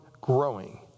growing